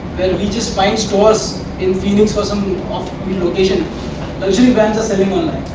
we just find stores in phoenix or some off beat location luxury brands are selling online.